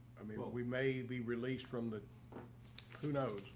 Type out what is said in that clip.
i mean, what we may be released from the who knows,